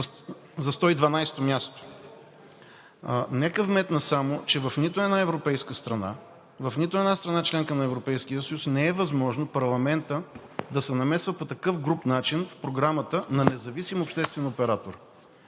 за 112-ото място. Нека вметна само, че в нито една европейска страна, в нито една страна – членка на Европейския съюз, не е възможно парламентът да се намесва по такъв груб начин в програмата на независим обществен оператор.